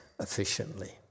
efficiently